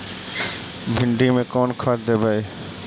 भिंडी में कोन खाद देबै?